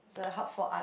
a hub for art